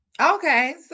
Okay